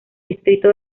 distrito